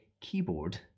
keyboard